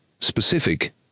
Specific